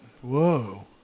Whoa